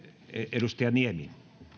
edustaja niemi